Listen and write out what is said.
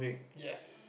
yes